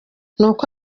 nuko